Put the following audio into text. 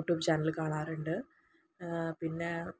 YouTube channel കാണാറുണ്ട് പിന്നെ